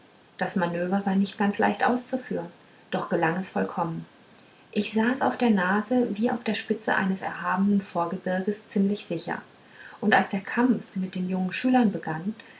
das manöver war nicht ganz leicht auszuführen doch gelang es vollkommen ich saß auf der nase wie auf der spitze eines erhabenen vorgebirges ziemlich sicher und als der kampf mit den jungen schülern begann